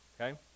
okay